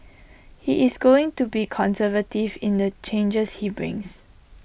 he is going to be conservative in the changes he brings